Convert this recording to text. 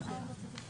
מי נמנע?